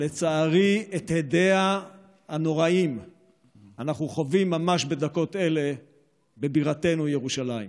שלצערי את הדיה הנוראיים אנחנו חווים ממש בדקות אלה בבירתנו ירושלים.